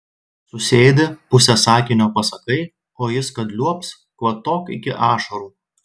susėdi pusę sakinio pasakai o jis kad liuobs kvatok iki ašarų